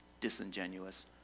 disingenuous